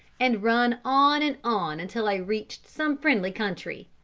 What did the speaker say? and run on and on until i reached some friendly country.